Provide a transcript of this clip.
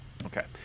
Okay